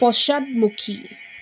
পশ্চাদমুখী